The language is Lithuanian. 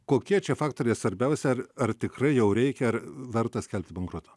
kokie čia faktoriai svarbiausi ar ar tikrai jau reikia ar verta skelbti bankrotą